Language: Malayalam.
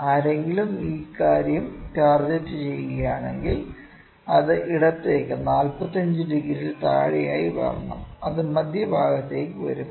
ആരെങ്കിലും ഈ കാര്യം ടാർഗെറ്റുചെയ്യുകയാണെങ്കിൽ അത് ഇടത്തേക്ക് 45 ഡിഗ്രിയിൽ താഴെയായി വരണം അത് മധ്യഭാഗത്തേക്ക് വരും